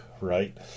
right